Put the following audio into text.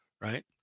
right